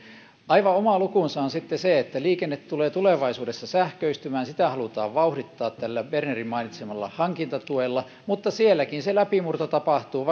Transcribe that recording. aivan oma lukunsa on sitten se että liikenne tulee tulevaisuudessa sähköistymään sitä halutaan vauhdittaa tällä bernerin mainitsemalla hankintatuella mutta sielläkin se läpimurto tapahtuu